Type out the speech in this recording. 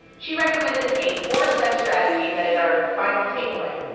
she recommended a four-step strategy that is our final takeaway.